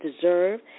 deserve